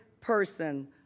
person